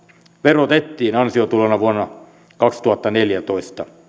verotettiin ansiotulona vuonna kaksituhattaneljätoista